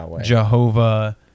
Jehovah